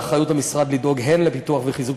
באחריות המשרד לדאוג הן לפיתוח וחיזוק